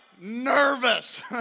nervous